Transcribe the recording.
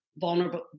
vulnerable